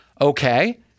Okay